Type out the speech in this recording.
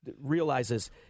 realizes